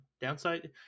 downside